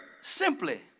simply